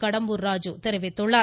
கடம்பூர் ராஜு தெரிவித்துள்ளார்